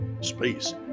space